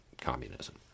communism